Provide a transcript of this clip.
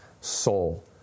soul